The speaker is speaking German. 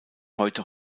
heute